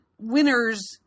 Winners